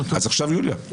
עכשיו יוליה.